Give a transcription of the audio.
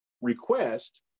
request